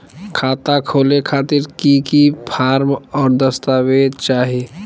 खाता खोले खातिर की की फॉर्म और दस्तावेज चाही?